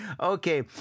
Okay